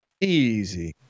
easy